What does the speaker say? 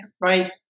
right